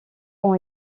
ont